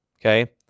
okay